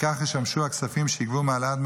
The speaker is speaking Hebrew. וכך ישמשו הכספים שייגבו מהעלאת דמי